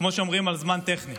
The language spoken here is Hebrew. כמו שאומרים, על זמן טכני.